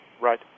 Right